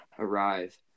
arrive